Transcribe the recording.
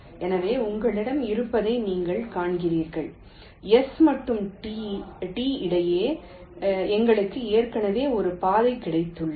எனவே உங்களிடம் இருப்பதை நீங்கள் காண்கிறீர்கள் S மற்றும் T இடையே எங்களுக்கு ஏற்கனவே ஒரு பாதை கிடைத்துள்ளது